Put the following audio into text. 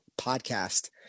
podcast